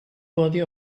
body